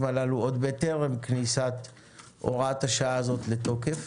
הללו עוד טרם כניסת הוראת השעה הזאת לתוקף.